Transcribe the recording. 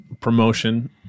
promotion